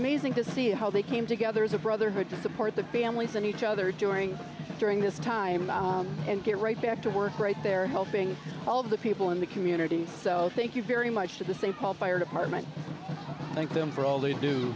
amazing to see how they came together as a brotherhood to support the families and each other during during this time and get right back to work right there helping all of the people in the community so thank you very much for this thing called fire department thank them for all they do